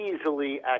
easily